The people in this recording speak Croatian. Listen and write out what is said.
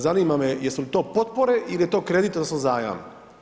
Zanima me jesu li to potpore il je to kredit odnosno zajam?